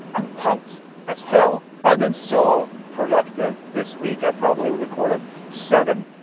i'm pumped as hell. i've been so productive this week, i probably recorded seven.